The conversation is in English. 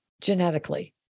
genetically